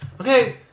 Okay